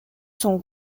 sont